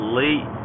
late